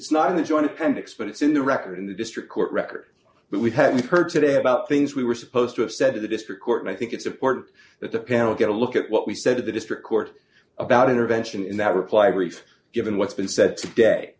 it's not in the joint appendix but it's in the record in the district court record but we have heard today about things we were supposed to have said to the district court and i think it's important that the panel get a look at what we said to the district court about intervention in that reply brief given what's been said today